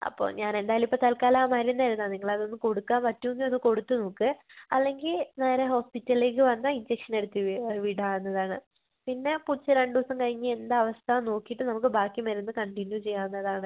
അപ്പോൾ ഞാൻ എന്തായാലും ഇപ്പോൾ തൽക്കാലം ആ മരുന്നെഴുതാം നിങ്ങളതൊന്ന് കൊടുക്കാൻ പറ്റുവെങ്കിൽ ഒന്ന് കൊടുത്ത് നോക്കേ അല്ലെങ്കിൽ നേരേ ഹോസ്പ്പിറ്റലിലേക്ക് വന്നാൽ ഇൻജെക്ഷൻ എടുത്ത് വിടാവുന്നതാണ് പിന്നേ പൂച്ച രണ്ട് ദിവസം കഴിഞ്ഞ് എന്താ അവസ്ഥ നോക്കീട്ട് നമുക്ക് ബാക്കി മരുന്ന് കണ്ടിന്യൂ ചെയ്യാവുന്നതാണ്